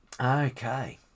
Okay